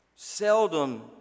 Seldom